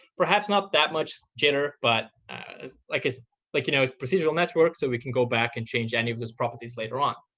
perhaps not that much jitter, but like it's like, you know, it's a procedural network, so we can go back and change any of these properties later on.